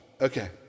Okay